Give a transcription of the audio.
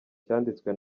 cyanditswe